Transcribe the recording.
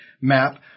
map